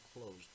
closed